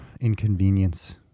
inconvenience